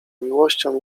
miłością